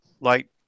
light